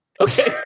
okay